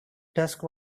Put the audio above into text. dusk